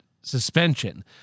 suspension